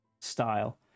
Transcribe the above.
style